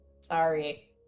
Sorry